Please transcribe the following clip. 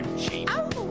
cheap